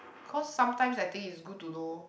cause sometimes I think it's good to know